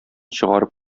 чыгарып